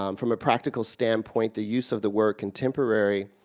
um from a practical standpoint, the use of the word contemporary,